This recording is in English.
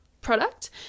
product